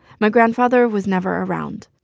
my grandfather was never around.